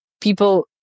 people